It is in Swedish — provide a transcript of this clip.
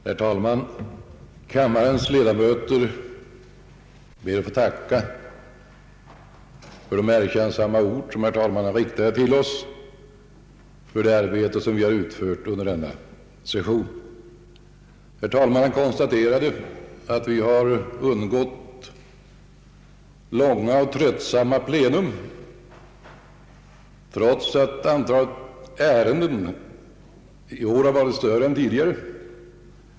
Herr talman! Kammarens ledamöter ber att få tacka för de erkännsamma ord som herr talmannen riktat till oss för det arbete vi utfört under denna session. Herr talmannen konstaterade att vi har undgått långa och tröttsamma plena trots att antalet ärenden i år varit större än tidigare.